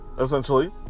essentially